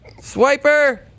Swiper